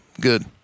good